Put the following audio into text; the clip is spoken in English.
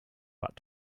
but